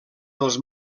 dels